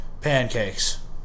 pancakes